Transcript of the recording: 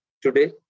today